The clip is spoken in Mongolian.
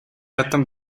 ядан